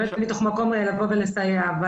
אנחנו באים ממקום של לבוא ולסייע אבל